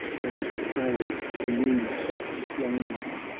and pales the moon that wanes!